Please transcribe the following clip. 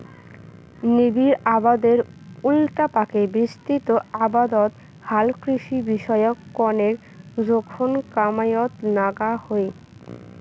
নিবিড় আবাদের উল্টাপাকে বিস্তৃত আবাদত হালকৃষি বিষয়ক কণেক জোখন কামাইয়ত নাগা হই